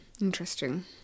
Interesting